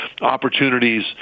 opportunities